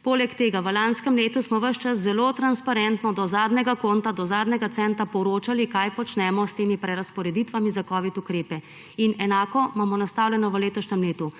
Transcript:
Poleg tega smo v lanskem letu ves čas zelo transparentno do zadnjega konta, do zadnjega centa poročali, kaj počnemo s temi prerazporeditvami za covid ukrepe. Enako imamo nastavljeno v letošnjem letu,